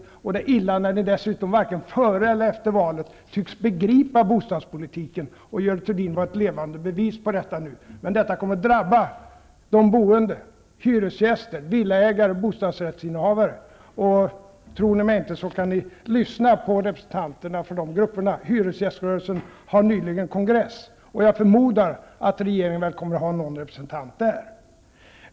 Det är dessutom illa när ni varken före eller efter valet tycks begripa bostadspolitiken, och Görel Thurdin var nu ett levande bevis på detta. Men detta kommer att drabba de boende -- Om ni inte tror mig kan ni lyssna på representanterna för dessa grupper. Hyresgäströrelsen kommer snart att ha kongress, och jag förmodar att regeringen kommer att ha någon representant där.